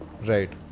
Right